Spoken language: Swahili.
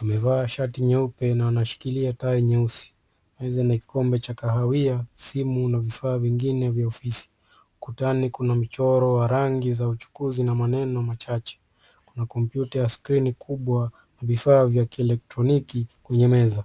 amevaa shati nyeupe na anashikilia tai nyeusi ,mezani ni kikombe cha kahawia, simu una vifaa vingine vya ofisi ,ukutani kuna michoro wa rangi za uchukuzi na maneno machache kuna kompyuta ya skrini kubwa ni vifaa vya kielektroniki kwenye meza.